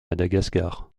madagascar